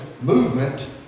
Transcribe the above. movement